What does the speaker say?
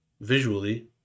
visually